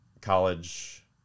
college